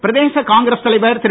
பிரதேச காங்கிரஸ் தலைவர் திரு